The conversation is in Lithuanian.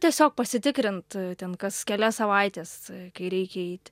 tiesiog pasitikrint ten kas kelias savaites kai reikia eiti